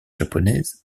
japonaises